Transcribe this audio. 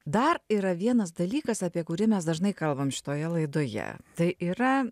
dar yra vienas dalykas apie kurį mes dažnai kalbam šitoje laidoje tai yra